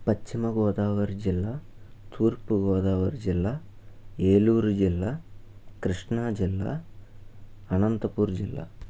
పశ్చిమగోదావరి జిల్లా తూర్పుగోదావరి జిల్లా ఏలూరు జిల్లా కృష్ణాజిల్లా అనంతపూరు జిల్లా